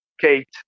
Kate